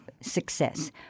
success